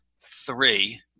three